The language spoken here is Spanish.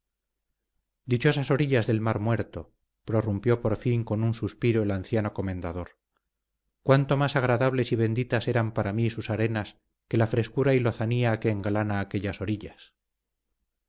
dichosas orillas del mar muerto prorrumpió por fin con un suspiro el anciano comendador cuánto más agradables y benditas eran para mí sus arenas que la frescura y lozanía que engalana aquellas orillas